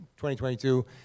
2022